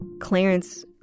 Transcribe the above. Clarence